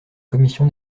commission